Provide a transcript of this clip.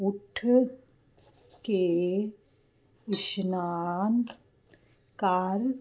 ਉੱਠ ਕੇ ਇਸ਼ਨਾਨ ਕਰ